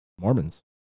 Mormons